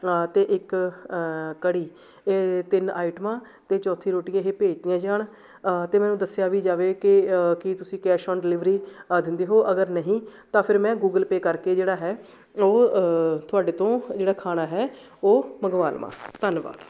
ਅਤੇ ਇੱਕ ਕੜੀ ਇਹ ਤਿੰਨ ਆਈਟਮਾਂ ਅਤੇ ਚੌਥੀ ਰੋਟੀ ਇਹ ਭੇਜ ਦਿੱਤੀਆਂ ਜਾਣ ਅਤੇ ਮੈਨੂੰ ਦੱਸਿਆ ਵੀ ਜਾਵੇ ਕਿ ਕੀ ਤੁਸੀਂ ਕੈਸ਼ ਔਨ ਡਿਲੀਵਰੀ ਦਿੰਦੇ ਹੋ ਅਗਰ ਨਹੀਂ ਤਾਂ ਫਿਰ ਮੈਂ ਗੂਗਲ ਪੇ ਕਰਕੇ ਜਿਹੜਾ ਹੈ ਉਹ ਤੁਹਾਡੇ ਤੋਂ ਜਿਹੜਾ ਖਾਣਾ ਹੈ ਉਹ ਮੰਗਵਾ ਲਵਾਂ ਧੰਨਵਾਦ